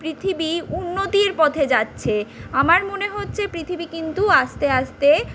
পৃথিবী উন্নতির পথে যাচ্ছে আমার মনে হচ্ছে পৃথিবী কিন্তু আস্তে আস্তে